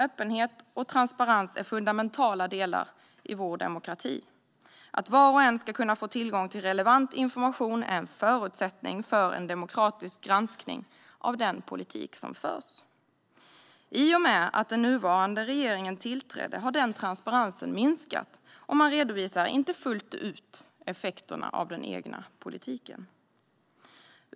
Öppenhet och transparens är fundamentala delar i vår demokrati. Att var och en ska kunna få tillgång till relevant information är en förutsättning för en demokratisk granskning av den politik som förs. I och med att den nuvarande regeringen tillträdde har den transparensen minskat, och man redovisar inte fullt ut effekterna av den egna politiken.